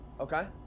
Okay